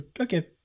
okay